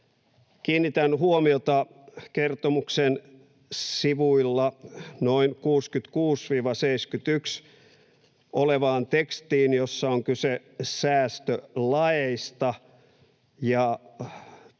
Kiinnitän huomiota kertomuksen sivuilla noin 66—71 olevaan tekstiin, jossa on kyse säästölaeista ja